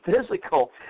physical